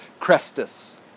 Crestus